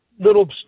little